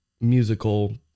musical